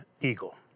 eagle